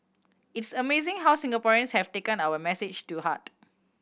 it's amazing how Singaporeans have taken our message to heart